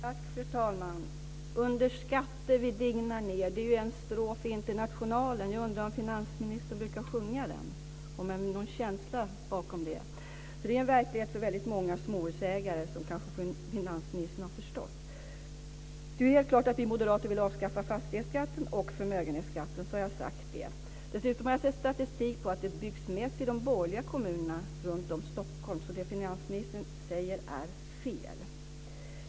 Fru talman! "Vi under skatter digna ner". Det är en strof i Internationalen. Jag undrar om finansministern brukar sjunga den med någon känsla. Det är en verklighet för väldigt många småhusägare, som finansministern kanske har förstått. Det är helt klart att vi moderater vill avskaffa fastighetsskatten och förmögenhetsskatten. Då har jag sagt det. Dessutom vill jag säga att jag har sett statistik på att det byggs mest i de borgerliga kommunerna runtom Stockholm, så det finansministern säger är fel.